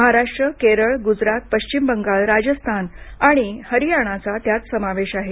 महाराष्ट्र केरळ गुजरात पाश्विम बंगाल राजस्थान आणि हरियाणाचा त्यात समावेश आहे